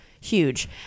Huge